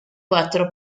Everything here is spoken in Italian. quattro